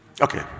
Okay